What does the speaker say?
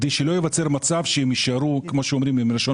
כדי שלא ייווצר מצב שהם יישארו עם הלשון